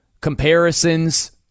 comparisons